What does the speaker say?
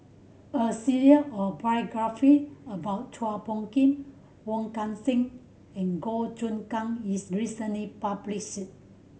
a series of biography about Chua Phung Kim Wong Kan Seng and Goh Choon Kang is recently published